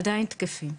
עדיין תקפים.